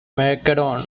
macedon